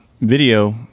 Video